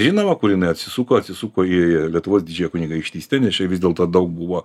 žinoma kur jinai atsisuko atsisuko į lietuvos didžiąją kunigaikštystę nes čia vis dėlto daug buvo